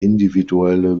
individuelle